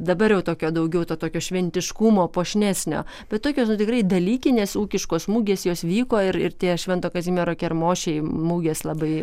dabar jau tokio daugiau to tokio šventiškumo puošnesnio bet tokios nu tikrai dalykinės ūkiškos mugės jos vyko ir ir tie švento kazimiero kermošiai mugės labai